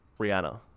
Rihanna